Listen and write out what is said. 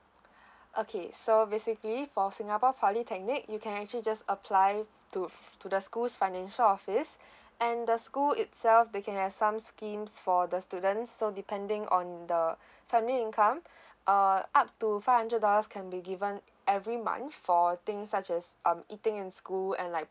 okay so basically for singapore polytechnic you can actually just apply to f~ to the school's financial office and the school itself they can have some schemes for the students so depending on the family income uh up to five hundred dollars can be given every month for things are just um eating in school and like